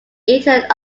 internet